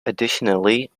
additionally